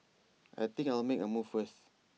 I think I'll make A move first